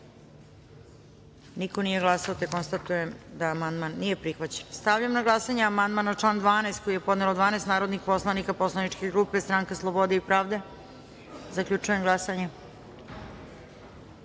Niko nije glasao. Konstatujem da amandman nije prihvaćen. Stavljam na glasanje amandman na član 12. koji je podelo 12 narodnih poslanika Poslaničke grupe Stranka slobode i pravde. Zaključujem glasanje: